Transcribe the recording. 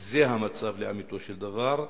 וזה המצב לאמיתו של דבר.